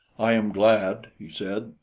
i am glad, he said,